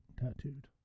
tattooed